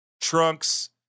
Trunks